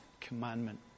commandment